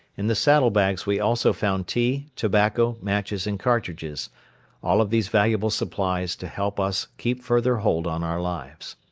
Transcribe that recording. in the saddle bags we also found tea, tobacco, matches and cartridges all of these valuable supplies to help us keep further hold on our lives.